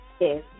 Yes